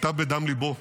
כתב מדם ליבו: